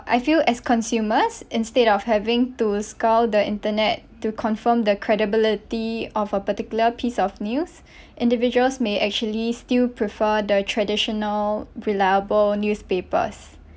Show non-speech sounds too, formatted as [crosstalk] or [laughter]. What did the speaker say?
I feel as consumers instead of having to scour the internet to confirm the credibility of a particular piece of news [breath] individuals may actually still prefer the traditional reliable newspapers